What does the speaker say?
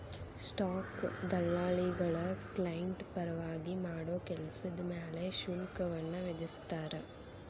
stock ದಲ್ಲಾಳಿಗಳ client ಪರವಾಗಿ ಮಾಡೋ ಕೆಲ್ಸದ್ ಮ್ಯಾಲೆ ಶುಲ್ಕವನ್ನ ವಿಧಿಸ್ತಾರ